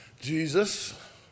Jesus